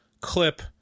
clip